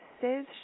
says